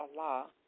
Allah